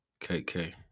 KK